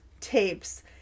tapes